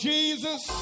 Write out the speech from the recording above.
Jesus